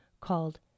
called